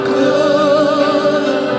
good